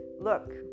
look